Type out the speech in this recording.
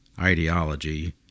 ideology